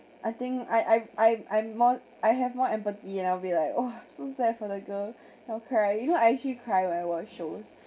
I think I I I I'm more I have more empathy and I'll be like !wah! so sad for the girl don't cry you know I actually cry when I watch shows